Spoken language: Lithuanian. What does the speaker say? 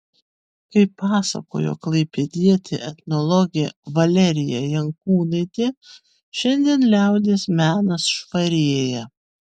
kaip pasakojo klaipėdietė etnologė valerija jankūnaitė šiandien liaudies menas švarėja